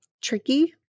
tricky